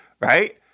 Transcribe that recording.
Right